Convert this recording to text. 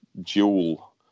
dual